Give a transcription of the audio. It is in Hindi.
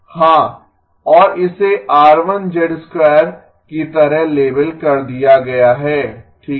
हां और इसे R1 की तरह लेबल कर दिया गया है ठीक है